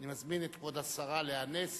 אני מזמין את כבוד השרה לאה נס